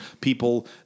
people